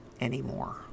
anymore